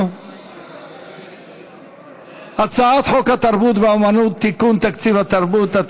הגיע הזמן שתוציא אותה.